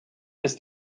ist